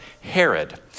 Herod